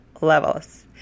levels